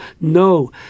No